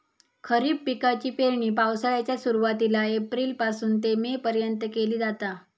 खरीप पिकाची पेरणी पावसाळ्याच्या सुरुवातीला एप्रिल पासून ते मे पर्यंत केली जाता